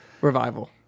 Revival